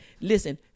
listen